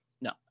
no